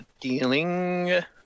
Dealing